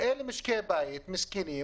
משקי הבית המסכנים,